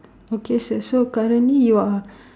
okay sir so currently you are